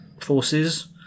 forces